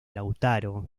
lautaro